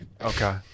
Okay